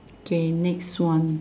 okay next one